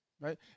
Right